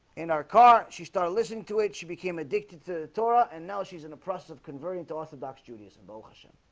in our car, she started listening to it. she became addicted to torah and now she's in the process of converting to orthodox judaism boeotian